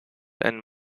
and